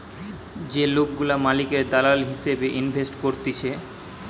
যে লোকগুলা মালিকের দালাল হিসেবে ইনভেস্ট করতিছে